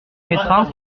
mettras